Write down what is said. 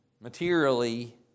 materially